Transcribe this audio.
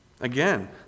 Again